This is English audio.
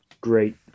Great